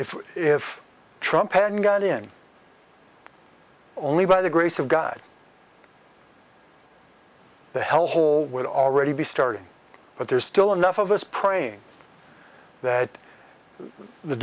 trump hadn't got in only by the grace of god the hellhole would already be starting but there's still enough of us praying that the